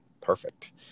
Perfect